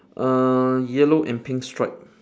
uh yellow and pink stripe